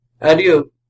Adieu